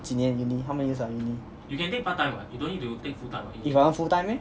几年 uni how many years ah uni if I want full time eh